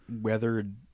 weathered